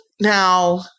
now